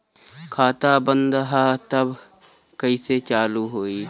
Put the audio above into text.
खाता बंद ह तब कईसे चालू होई?